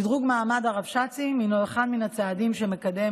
שדרוג מעמד הרבש"צים הינו אחד מן הצעדים שמקדמים